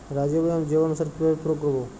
Rhizobium জীবানুসার কিভাবে প্রয়োগ করব?